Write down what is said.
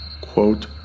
quote